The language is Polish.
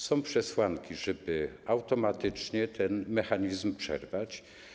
Są przesłanki, żeby automatycznie ten mechanizm przerwać.